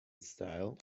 style